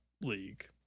league